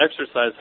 exercise